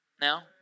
Now